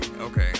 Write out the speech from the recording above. okay